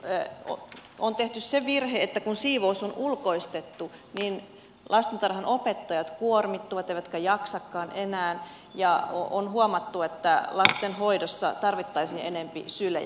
nyt on tehty se virhe että kun siivous on ulkoistettu lastentarhanopettajat kuormittuvat eivätkä jaksakaan enää ja on huomattu että lasten hoidossa tarvittaisiin enempi sylejä